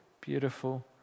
beautiful